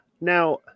Now